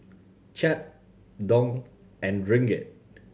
Kyat Dong and Ringgit